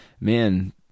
man